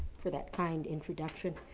for that kind introduction.